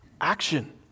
action